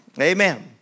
Amen